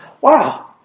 Wow